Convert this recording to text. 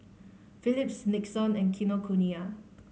Phillips Nixon and Kinokuniya